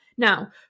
Now